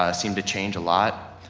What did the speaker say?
ah seem to change a lot,